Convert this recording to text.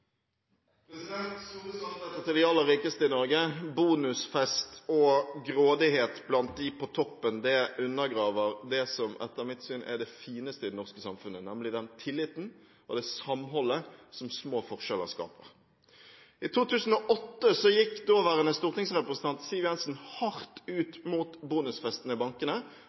grådighet blant dem på toppen undergraver det som etter mitt syn er det fineste i det norske samfunnet, nemlig den tilliten og det samholdet som små forskjeller skaper. I 2008 gikk daværende stortingsrepresentant Siv Jensen hardt ut mot bonusfesten i bankene